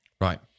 Right